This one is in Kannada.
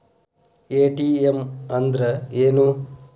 ಎ.ಟಿ.ಎಂ ಅಂದ್ರ ಏನು?